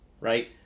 right